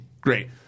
Great